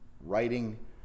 writing